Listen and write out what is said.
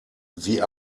sie